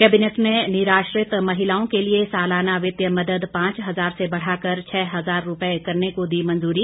cabinet ने निराश्रित महिलाओं के लिए सालाना वित्तीय मदद पांच हजार से बढ़ाकर छः हजार रुपए करने को दी मंजूरी